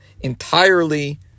entirely